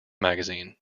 magazine